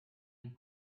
and